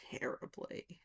terribly